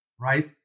right